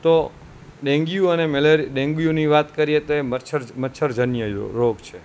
તો ડેન્ગ્યુ અને મેલેરિ ડેન્ગ્યુની વાત કરીએ તો એ મચ્છર મચ્છરજન્ય રોગ છે